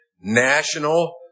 national